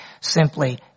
simply